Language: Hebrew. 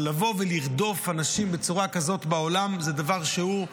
אבל לבוא ולרדוף אנשים בצורה כזאת בעולם זה דבר שהוא,